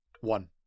One